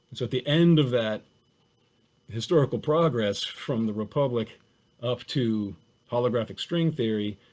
so at the end of that historical progress from the republic up to holographic string theory,